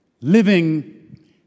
Living